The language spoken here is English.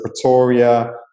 Pretoria